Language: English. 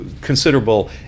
considerable